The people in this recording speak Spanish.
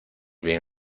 bien